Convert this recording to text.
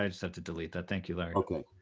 i just have to delete that. thank you, larry. okay.